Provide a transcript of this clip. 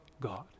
God